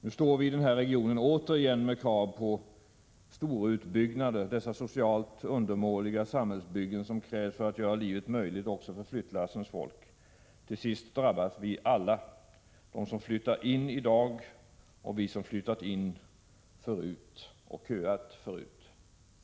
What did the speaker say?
Nu möts vi i den här regionen återigen av krav på storutbyggnader, dessa socialt undermåliga samhällsbyggen som måste till för att göra livet möjligt också för flyttlassens folk. Till sist drabbas vi alla — de som flyttar in i dag, vi som flyttat in och köat förut.